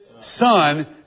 Son